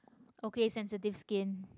okay sensitive skin